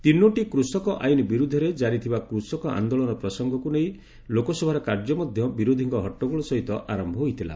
ତିନୋଟି କୃଷକ ଆଇନ ବିରୁଦ୍ଧରେ ଜାରି ଥିବା କୃଷକ ଆନ୍ଦୋଳନ ପ୍ରସଙ୍ଗକୁ ନେଇ ଲୋକସଭାର କାର୍ଯ୍ୟ ମଧ୍ୟ ବିରୋଧୀଙ୍କ ହଟ୍ଟଗୋଳ ସହିତ ଆରମ୍ଭ ହୋଇଥିଲା